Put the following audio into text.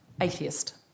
atheist